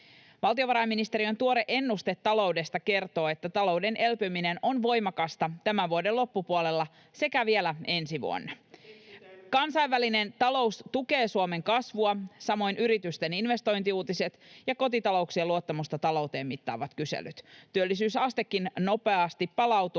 Valtiovarainministeriön tuore ennuste taloudesta kertoo, että talouden elpyminen on voimakasta tämän vuoden loppupuolella sekä vielä ensi vuonna. [Ben Zyskowicz: No sitten sitä elvytystä lisää!] Kansainvälinen talous tukee Suomen kasvua, samoin yritysten investointiuutiset ja kotitalouksien luottamusta talouteen mittaavat kyselyt. Työllisyysastekin palautuu